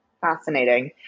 Fascinating